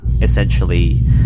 essentially